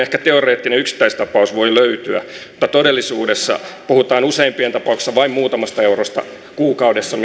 ehkä teoreettinen yksittäistapaus voi löytyä mutta todellisuudessa puhutaan useimpien tapauksissa vain muutamasta eurosta kuukaudessa